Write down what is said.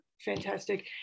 fantastic